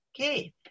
Okay